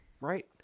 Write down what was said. right